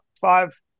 five